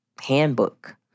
handbook